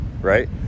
right